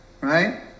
Right